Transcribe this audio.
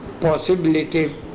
possibility